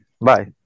bye